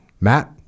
Matt